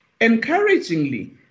Encouragingly